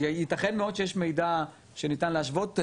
ייתכן מאוד שיש מידע שניתן להשוות,